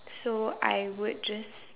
so I would just